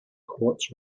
quartz